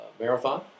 Marathon